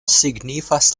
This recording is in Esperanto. signifas